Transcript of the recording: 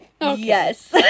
yes